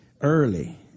early